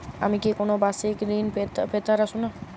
আমি কি কোন বাষিক ঋন পেতরাশুনা?